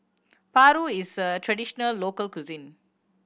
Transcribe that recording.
paru is a traditional local cuisine